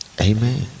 Amen